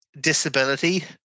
disability